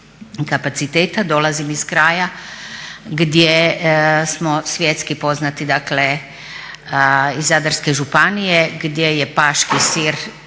kapaciteta. Dolazim iz kraja gdje smo svjetski poznati dakle iz Zadarske županije gdje je Paški sir